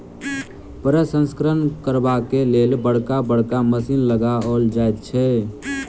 प्रसंस्करण करबाक लेल बड़का बड़का मशीन लगाओल जाइत छै